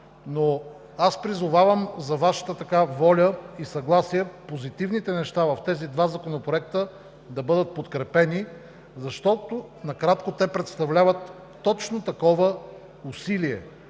но аз призовавам за Вашата воля и съгласие позитивните неща в тези два законопроекта да бъдат подкрепени. Накратко те представляват точно такова усилие